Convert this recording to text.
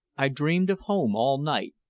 i dreamed of home all night,